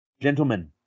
Gentlemen